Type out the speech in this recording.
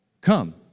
come